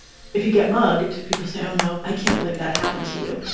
if you get mugged, people say, oh, no, i can't believe that happened to you.